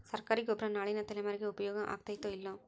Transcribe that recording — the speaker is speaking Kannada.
ಸರ್ಕಾರಿ ಗೊಬ್ಬರ ನಾಳಿನ ತಲೆಮಾರಿಗೆ ಉಪಯೋಗ ಆಗತೈತೋ, ಇಲ್ಲೋ?